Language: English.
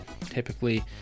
typically